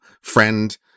friend